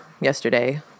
yesterday